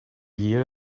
year